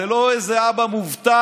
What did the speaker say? זה לא איזה אבא מובטל